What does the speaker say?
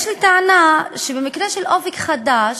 יש לי טענה, שבמקרה של "אופק חדש"